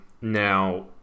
Now